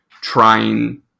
trying